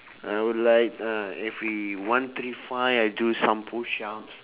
I would like uh every one three five I do some push-ups